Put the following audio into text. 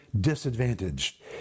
disadvantaged